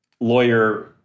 lawyer